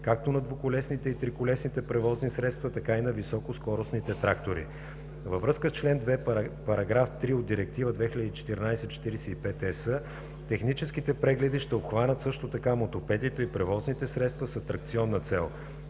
както на двуколесните и триколесните превозни средства, така и на високоскоростните трактори. Във връзка с чл. 2, § 3 от Директива 2014/45/ЕС техническите прегледи ще обхванат също така мотопедите и превозните средства с атракционна цел.